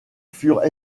furent